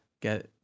get